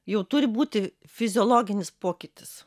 jau turi būti fiziologinis pokytis